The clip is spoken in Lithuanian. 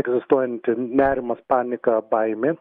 egzistuojanti nerimas panika baimė